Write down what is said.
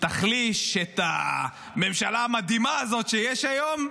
תחליש את הממשלה המדהימה הזאת שיש היום.